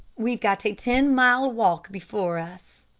we've got a ten mile walk before us.